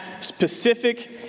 specific